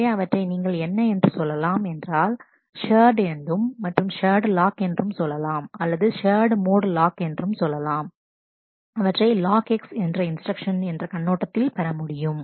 எனவே அவற்றை நீங்கள் என்ன என்று சொல்லலாம் என்றால் ஷேர்டு என்றும் மற்றும் ஷேர்டு லாக் என்றும் சொல்லலாம் அல்லது ஷேர்டு மோடு லாக் என்றும் சொல்லலாம் அவற்றை லாக் x என்ற இன்ஸ்டிரக்ஷன் என்ற கண்ணோட்டத்தில் பெறமுடியும்